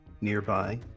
nearby